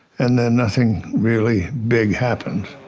and then nothing really big happens.